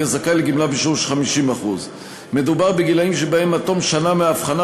יהיה זכאי לגמלה בשיעור של 50%. מדובר בגילים שבהם עד תום שנה מהאבחנה,